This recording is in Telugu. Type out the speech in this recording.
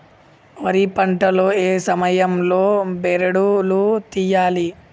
వరి పంట లో ఏ సమయం లో బెరడు లు తియ్యాలి?